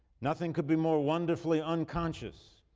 nothing could be more wonderfully unconscious.